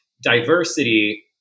diversity